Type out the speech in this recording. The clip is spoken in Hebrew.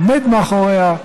עומד מאחוריה,